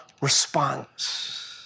response